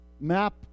map